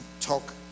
talk